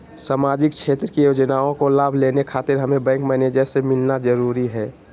सामाजिक क्षेत्र की योजनाओं का लाभ लेने खातिर हमें बैंक मैनेजर से मिलना जरूरी है?